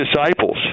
disciples